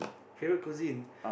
favorite cuisine